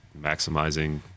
maximizing